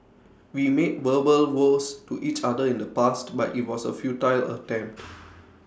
we made verbal vows to each other in the past but IT was A futile attempt